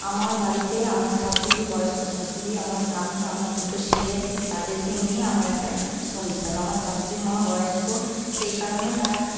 আমার বাড়িতে আমার শাশুড়ি বয়স্ক শাশুড়ি আমার স্বামী আমার দুটো ছেলে তাদেরকে নিয়েই আমার একটা সংসার আমার শাশুড়ি মা বয়স্ক সেই কারণে তার